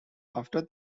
after